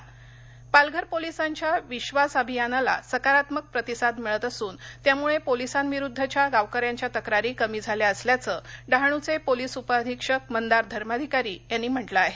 पालघर पालघर पोलीसांच्या विश्वास अभियानाला सकारात्मक प्रतिसाद मिळत असून त्यामुळे पोलीसांविरुद्धच्या गावकऱ्यांच्या तक्रारी कमी झाल्या असल्याचं डहाणूचे पोलीस उपअधिक्षक मंदार धर्माधिकारी यांनी म्हटलं आहे